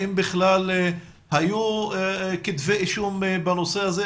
האם בכלל היו כתבי אישום בנושא הזה?